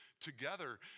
together